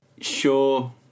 Sure